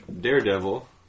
Daredevil